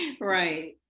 Right